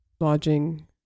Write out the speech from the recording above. lodging